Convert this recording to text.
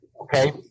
Okay